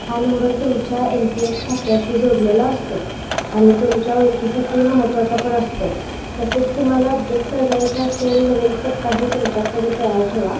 हा नंबर तुमच्या एन पी एस खात्याशी जोडलेला असतो आणि तुमच्या वयकीसाठी महत्त्वाचा पण असतो तसेच तुम्हाला अपडेट करायचा असेल नवीन पत्ताही तुमच्याकडे तयार ठेवा